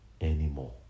anymore